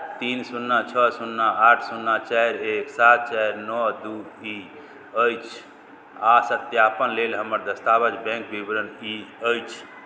तीन शुन्ना छओ शुन्ना आठ शुन्ना चारि एक सात चारि नओ दू ई अछि आ सत्यापन लेल हमर दस्तावेज बैंक विवरण ई अछि